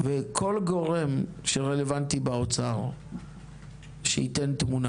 וכל גורם רלוונטי באוצר שייתן לנו תמונה.